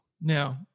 Now